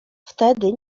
wtedy